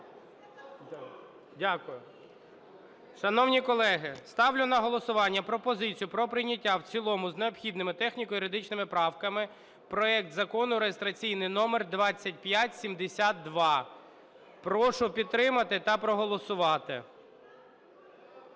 Шановні колеги, ставлю на голосування пропозицію про прийняття в цілому з необхідними техніко-юридичними правками проект Закону реєстраційний номер 2572. Прошу підтримати та проголосувати.